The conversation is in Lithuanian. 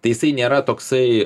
tai jisai nėra toksai